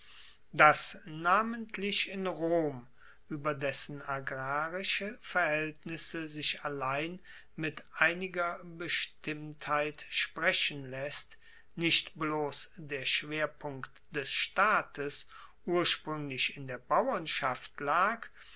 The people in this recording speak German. dass namentlich in rom ueber dessen agrarische verhaeltnisse sich allein mit einiger bestimmtheit sprechen laesst nicht bloss der schwerpunkt des staates urspruenglich in der bauernschaft lag